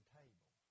table